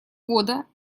года